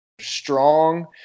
strong